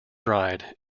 dried